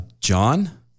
John